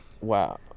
Wow